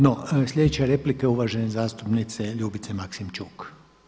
No, sljedeća replika je uvažene zastupnice Ljubice Maksimčuk.